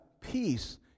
peace